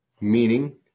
meaning